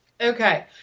Okay